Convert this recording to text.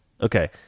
okay